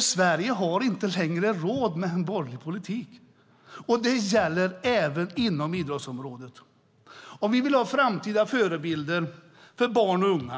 Sverige har inte längre råd med en borgerlig politik. Det gäller även inom idrottsområdet. Vi vill ha framtida förebilder för barn och unga.